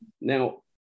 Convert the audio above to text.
Now